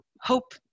hope